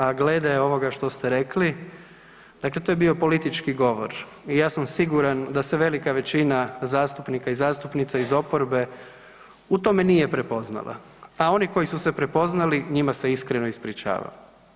A glede ovoga što ste rekli, dakle to je bio politički govor, i ja sam siguran da se velika većina zastupnika i zastupnica iz oporbe u tome nije prepoznala a oni koji su se prepoznali, njima se iskreno ispričavam.